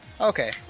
Okay